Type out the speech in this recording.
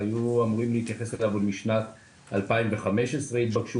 היו אמורים להתייחס לכך עוד משנת 2015. התבקשו